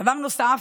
דבר נוסף,